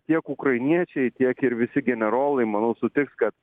tiek ukrainiečiai tiek ir visi generolai manau sutiks kad